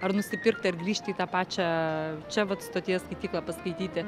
ar nusipirkti ar grįžti į tą pačią čia vat stoties skaityklą paskaityti